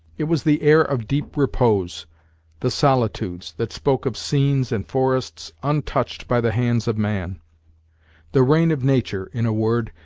it was the air of deep repose the solitudes, that spoke of scenes and forests untouched by the hands of man the reign of nature, in a word,